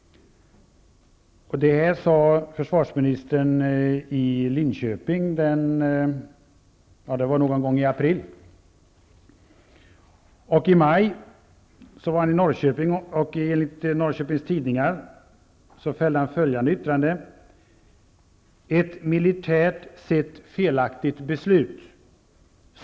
Det här sade försvarsminister Anders Björck i I maj var försvarsministern i Norrköping, och enligt Norrköpings Tidningar fällde han följande yttrande: ''Ett militärt sett felaktigt beslut.